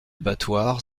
battoirs